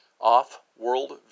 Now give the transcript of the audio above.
off-world